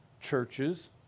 churches